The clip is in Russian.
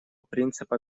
принципа